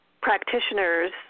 practitioners